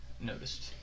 noticed